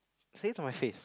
say it to my face